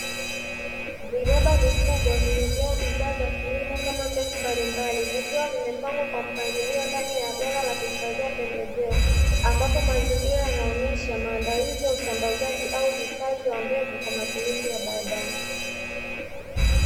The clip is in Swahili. Viroba vikubwa vimejaa bidhaa za kilimo kama mbegu mbalimbali. Vikiwa vimepangwa kwa mpangilio ndani ya ghala la kuhifadhia pembejeo, ambapo mazingira yanaonyesha maandalizi ya usambazaji au uhifadhi wa mbegu kwa matumizi ya baadaye.